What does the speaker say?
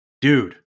dude